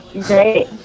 Great